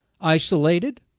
isolated